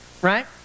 Right